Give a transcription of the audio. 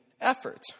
effort